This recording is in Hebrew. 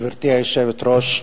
גברתי היושבת-ראש,